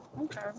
Okay